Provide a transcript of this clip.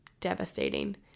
Devastating